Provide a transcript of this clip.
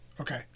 Okay